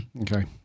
Okay